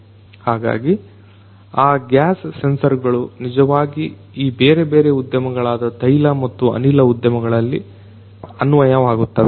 ಹಾಗಾಗಿ ಆ ಗ್ಯಾಸ್ ಸೆನ್ಸರ್ಗಳು ನಿಜವಾಗಿ ಈ ಬೇರೆಬೇರೆ ಉದ್ಯಮಗಳಾದ ತೈಲ ಮತ್ತು ಅನಿಲ ಉದ್ಯಮಗಳಲ್ಲಿ ಅನ್ವಯವಾಗಿತ್ತವೆ